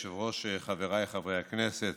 אדוני היושב-ראש, חבריי חברי הכנסת,